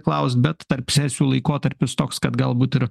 klaust bet tarp sesijų laikotarpis toks kad galbūt ir